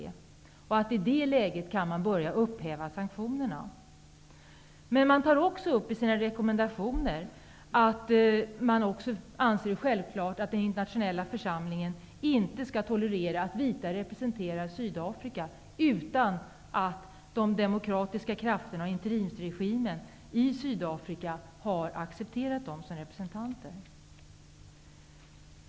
I det läget kan man påbörja ett upphävande av sanktionerna. ANC tar också i sina rekommendationer upp att man anser det vara självklart att den internationella församlingen inte skall tolerera att vita representerar Sydafrika utan att de demokratiska krafterna och interimregimen i Sydafrika har accepterat dem som representanter.